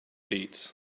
beats